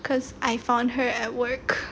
because I found her at work